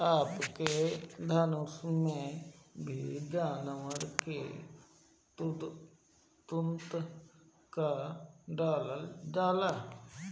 अबके धनुष में भी जानवर के तंतु क डालल जाला